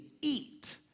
eat